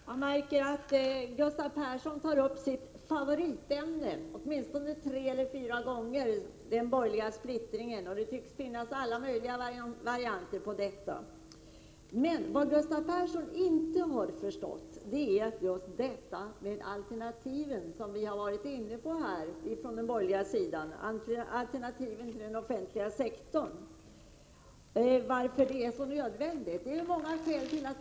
Herr talman! Gustav Persson tog upp sitt favoritämne, den borgerliga splittringen, åtminstone tre eller fyra gånger. Det tycks finnas alla möjliga varianter på det. Men vad Gustav Persson inte har förstått är varför det är så nödvändigt med alternativ till den offentliga sektorn, vilket vi har varit inne på från den borgerliga sidan.